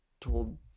told